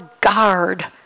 guard